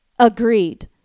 agreed